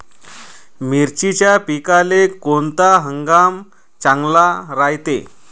मिर्चीच्या पिकाले कोनता हंगाम चांगला रायते?